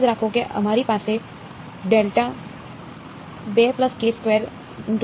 યાદ રાખો કે અમારી પાસે હતું